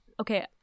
okay